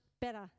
better